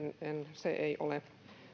se ei ole